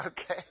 Okay